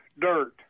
dirt